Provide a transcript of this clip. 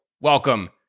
welcome